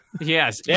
Yes